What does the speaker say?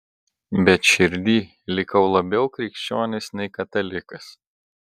bet širdyj likau labiau krikščionis nei katalikas